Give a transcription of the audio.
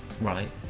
Right